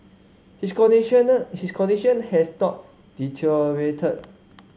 his his condition has not deteriorated